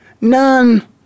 None